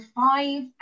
five